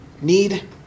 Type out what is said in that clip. Need